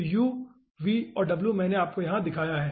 तो u v और w मैंने आपको यहां दिखाया है